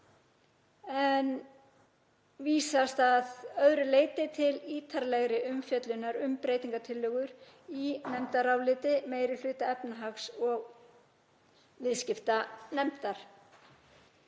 Vísast að öðru leyti til ítarlegrar umfjöllunar um breytingartillögur í nefndaráliti meiri hluta efnahags- og viðskiptanefndar.